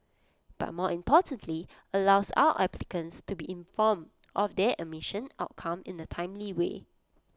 but more importantly allows our applicants to be informed of their admission outcome in A timely way